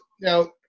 now